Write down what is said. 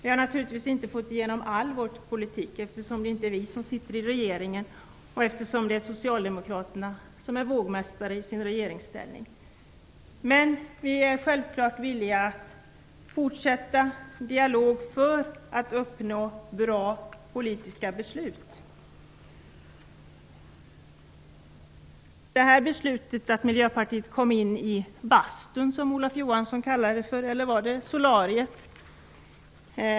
Vi har naturligtvis inte fått igenom all vår politik, eftersom det inte är vi som sitter i regeringen och eftersom det är Socialdemokraterna som är vågmästare i sin regeringsställning. Men vi är självklart villiga att fortsätta dialogen för att uppnå bra politiska beslut. Med det här beslutet har Miljöpartiet kommit in i bastun, sade Olof Johansson - eller var det solariet?